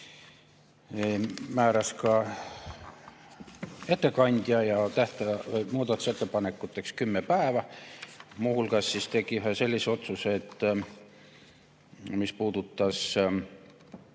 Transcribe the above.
määras ka ettekandja ja muudatusettepanekuteks kümme päeva. Muu hulgas tegi komisjon ühe sellise otsuse, mis puudutas